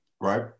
right